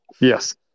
Yes